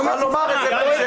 לא אמרה את זה כאן.